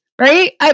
Right